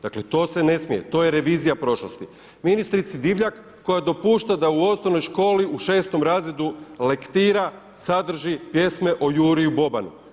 Dakle, to se ne smije, to je revizija prošlosti, ministrici Divjak, koja dopušta da u osnovnoj školi u 6. razredu lektira sadrži pjesme o Juri i Bobanu.